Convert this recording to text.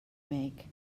make